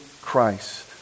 Christ